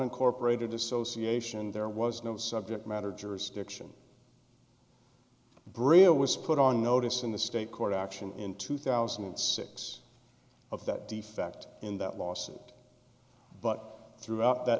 unincorporated association there was no subject matter jurisdiction bria was put on notice in the state court action in two thousand and six of that defect in that lawsuit but throughout th